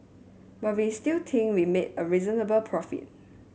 but we still think we made a reasonable profit